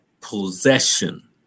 possession